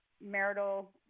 marital